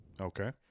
okay